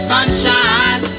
Sunshine